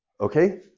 Okay